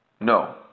No